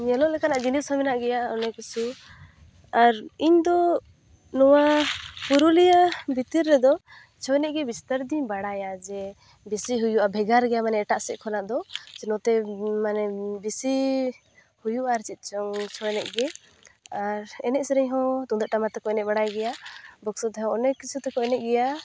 ᱧᱮᱞᱚᱜ ᱞᱮᱠᱟᱱᱟᱜ ᱡᱤᱱᱤᱥᱦᱚᱸ ᱢᱮᱱᱟᱜ ᱜᱮᱭᱟ ᱚᱱᱮᱠ ᱠᱤᱪᱷᱩ ᱟᱨ ᱤᱧᱫᱚ ᱱᱚᱣᱟ ᱯᱩᱨᱩᱞᱤᱭᱟ ᱵᱷᱤᱛᱤᱨ ᱨᱮᱫᱚ ᱪᱷᱳ ᱮᱱᱮᱡᱜᱮ ᱵᱤᱥᱛᱟᱨᱤᱛᱚᱧ ᱵᱟᱲᱟᱭᱟ ᱡᱮ ᱵᱮᱥᱤ ᱦᱩᱭᱩᱜᱼᱟ ᱵᱷᱮᱜᱟᱨ ᱜᱮᱭᱟ ᱢᱟᱱᱮ ᱮᱴᱟᱜ ᱥᱮᱡ ᱠᱷᱚᱱᱟᱜ ᱫᱚ ᱡᱮ ᱱᱚᱛᱮ ᱢᱟᱱᱮ ᱵᱮᱥᱤ ᱦᱩᱭᱩᱜᱼᱟ ᱟᱨ ᱪᱮᱫᱪᱚᱝ ᱪᱷᱳ ᱮᱱᱮᱡᱜᱮ ᱟᱨ ᱮᱱᱮᱡ ᱥᱮᱨᱮᱧᱦᱚᱸ ᱛᱩᱢᱫᱟᱠ ᱴᱟᱢᱟᱠᱛᱮ ᱠᱚ ᱮᱱᱮᱡ ᱵᱟᱲᱟᱭ ᱜᱮᱭᱟ ᱵᱚᱠᱥᱚᱛᱮᱦᱚᱸ ᱚᱱᱮᱠ ᱠᱤᱥᱩᱛᱮ ᱠᱚ ᱮᱱᱮᱡ ᱜᱮᱭᱟ